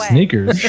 Sneakers